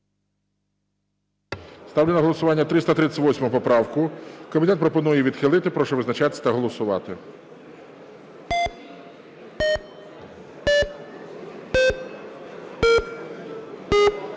Ставлю на голосування 391 поправку. Комітет пропонує відхилити. Прошу визначатись та голосувати.